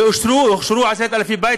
ואושרו, אושרו 10,000 בתים.